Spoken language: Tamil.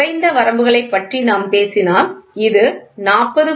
குறைந்த வரம்புகளைப் பற்றி நாம் பேசினால் இது 40